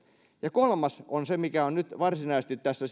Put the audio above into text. kolmas on se mikä on nyt sitten varsinaisesti tässä